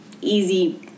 easy –